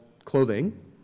Clothing